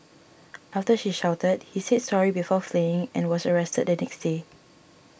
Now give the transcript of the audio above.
after she shouted he said sorry before fleeing and was arrested the next day